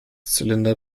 zylinder